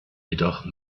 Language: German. jedoch